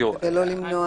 ולא למנוע.